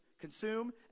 Consume